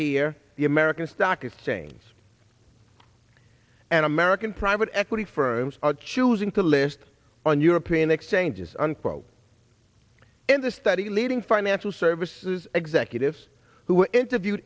here the american stock exchange and american private equity firms are choosing to list on european exchanges unquote and the study leading financial services executives who were interviewed